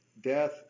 death